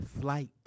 Flight